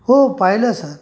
हो पाहिलं सर